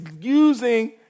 using